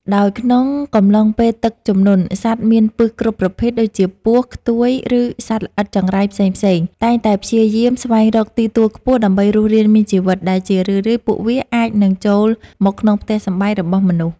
ដោយក្នុងកំឡុងពេលទឹកជំនន់ សត្វមានពិសគ្រប់ប្រភេទដូចជា ពស់ ខ្ទួយ ឬសត្វល្អិតចង្រៃផ្សេងៗ តែងតែព្យាយាមស្វែងរកទីទួលខ្ពស់ដើម្បីរស់រានមានជីវិត ដែលជារឿយៗពួកវាអាចនឹងចូលមកក្នុងផ្ទះសម្បែងរបស់មនុស្ស។